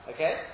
Okay